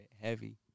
heavy